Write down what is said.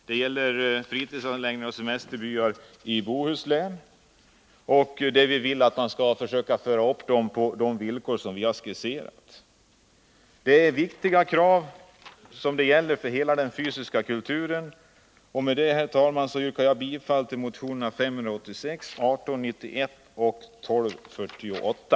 Det gäller fritidsanläggningar och semesterbyar i Bohuslän. Vi vill att sådana skall uppföras på de villkor som vi har skisserat. Detta är viktiga krav för hela den fysiska kulturen. Med detta, herr talman, yrkar jag bifall till motionerna 586, 1891 och 1248.